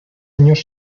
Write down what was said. años